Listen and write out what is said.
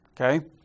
Okay